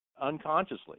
unconsciously